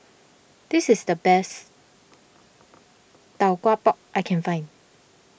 this is the best Tau Kwa Pau I can find